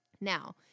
Now